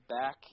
back